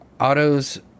autos